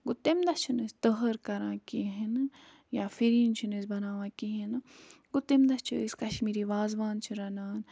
گوٚو تَمہِ دۄہ چھِنہٕ أسۍ تہر کران کِہیٖنۍ نہٕ یا فِرِنۍ چھِنہٕ أسۍ بناوان کِہیٖنۍ نہٕ گوٚو تَمہِ دۄہ چھِ أسۍ کَشمیٖری وازٕوان چھِ رَنان